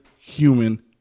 human